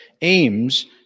Aims